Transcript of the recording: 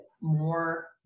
more